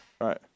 Right